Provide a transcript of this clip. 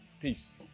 peace